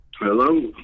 Hello